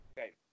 Okay